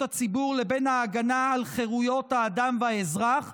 הציבור לבין ההגנה על חירויות האדם והאזרח.